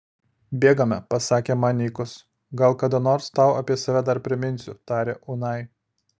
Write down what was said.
bėgame pasakė man nykus gal kada nors tau apie save dar priminsiu tarė unai